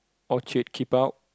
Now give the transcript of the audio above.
Orchard keep out